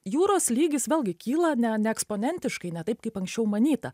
jūros lygis vėl gi kyla ne ne eksponentiškai ne taip kaip anksčiau manyta